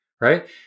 Right